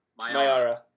Mayara